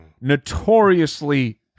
notoriously